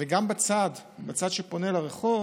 וגם בצד שפונה לרחוב